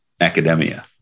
academia